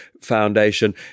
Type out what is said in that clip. Foundation